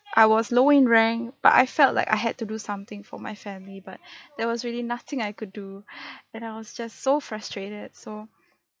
I was low in rank but I felt like I had to do something for my family but there was really nothing I could do that I was just so frustrated so